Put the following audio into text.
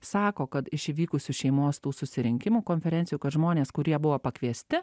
sako kad iš įvykusių šeimos tų susirinkimų konferencijų kad žmonės kurie buvo pakviesti